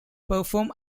perform